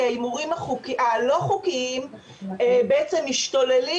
כי ההימורים הלא חוקיים בעצם משתוללים